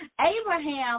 Abraham